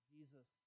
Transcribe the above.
Jesus